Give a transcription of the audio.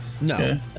No